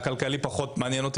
הכלכלי פחות מעניין אותי.